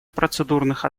процедурных